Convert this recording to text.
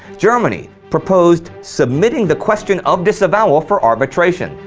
germany proposed submitting the question of disavowal for arbitration.